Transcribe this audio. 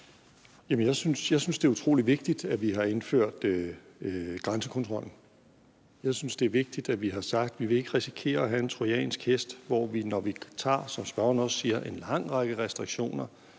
Jeg synes, det er utrolig vigtigt, at vi har indført grænsekontrollen. Jeg synes, det er vigtigt, at vi har sagt, at vi ikke vil risikere at have en trojansk hest, hvor vi, når vi, som spørgeren også siger, har en lang række restriktioner,